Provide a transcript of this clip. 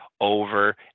over